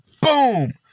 boom